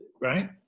right